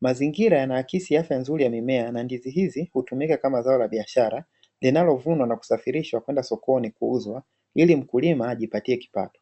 Mazingira yanaakisi afya nzuri ya mimea na ndizi hizi hutumika kama zao la biashara linalovunwa na kusafirishwa kwenda sokoni kuuzwa, ili mkulima ajipatie kipato.